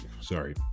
sorry